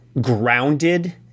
grounded